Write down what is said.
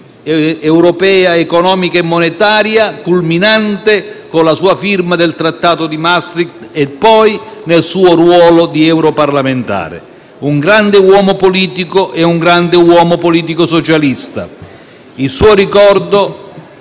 europea economica e monetaria, culminante con la sua firma del Trattato di Maastricht e poi nel suo ruolo di europarlamentare. Fu un grande uomo politico e un grande uomo politico socialista. È vero,